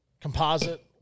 composite